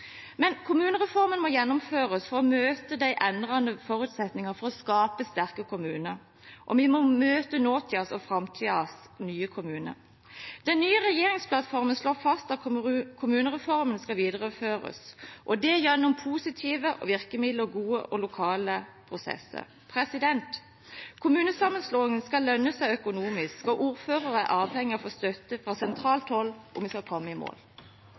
Men kommunereformen må gjennomføres for å møte endrede forutsetningene for å skape sterke kommuner, og vi må møte nåtidens og framtidens nye kommuner. Den nye regjeringsplattformen slår fast at kommunereformen skal videreføres, og det gjennom positive virkemidler og gode og lokale prosesser. Kommunesammenslåing skal lønne seg økonomisk, og ordførere er avhengig av å få støtte fra sentralt hold om vi skal komme i mål.